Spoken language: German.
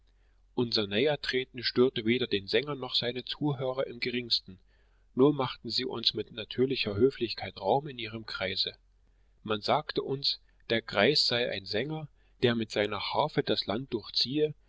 unser nähertreten störte weder den sänger noch seine zuhörer im geringsten nur machten sie uns mit natürlicher höflichkeit raum in ihrem kreise man sagte uns der greis sei ein sänger der mit seiner harfe das land durchziehe